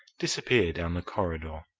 disappear down the corridor.